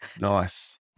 Nice